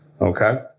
okay